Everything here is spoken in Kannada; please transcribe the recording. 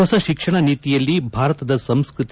ಹೊಸ ಶಿಕ್ಷಣ ನೀತಿಯಲ್ಲಿ ಭಾರತದ ಸಂಸ್ಟತಿ